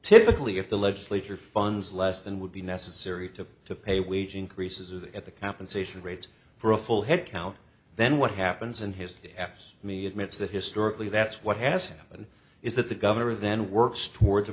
typically if the legislature funds less than would be necessary to to pay wage increases at the compensation rates for a full headcount then what happens in his efforts to me admits that historically that's what has happened is that the governor then works towards